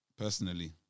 Personally